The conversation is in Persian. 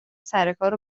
سرکار